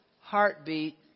heartbeat